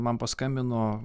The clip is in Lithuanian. man paskambino